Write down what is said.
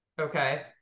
Okay